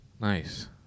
Nice